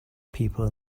people